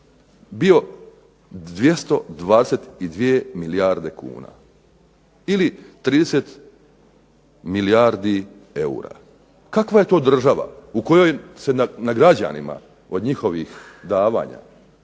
bio 222 milijarde kuna ili 30 milijardi eura. Kakva je to država u kojoj se na građanima od njihovih davanja